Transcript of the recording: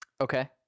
Okay